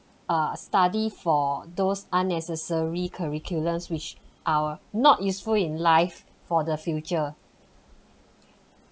err study for those unnecessary curriculums which are not useful in life for the future